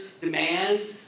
demands